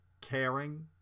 caring